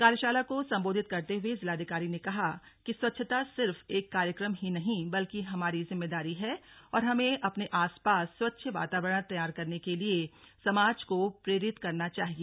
कार्यशाला को संबोधित करते हुए जिलाधिकारी ने कहा कि स्वच्छता सिर्फ एक कार्यक्रम ही नही बल्कि हमारी जिम्मेदारी है और हमे अपने आस पास स्वच्छ वातावरण तैयार करने के लिए समाज को प्रेरित करना चाहिए